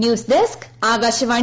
news desk Akashvani